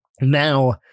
now